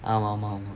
ஆமா ஆமா:aamaa aamaa